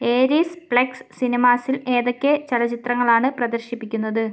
Aries Plex സിനിമാസിൽ ഏതൊക്കെ ചലച്ചിത്രങ്ങളാണ് പ്രദർശിപ്പിക്കുന്നത്